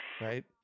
Right